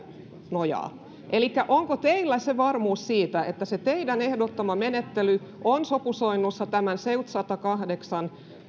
nojaa elikkä onko teillä varmuus siitä että teidän ehdottamanne menettely on sopusoinnussa tämän seutn sadankahdeksan